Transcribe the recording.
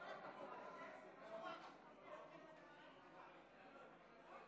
אני קובע שהצעתה של חברת הכנסת לימור מגן תלם עברה